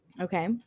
Okay